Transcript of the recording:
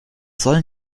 sollen